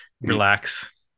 relax